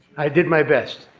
i did my best.